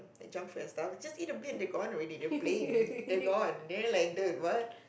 like junk food and stuff just eat a bit and they gone already they playing they gone they are like what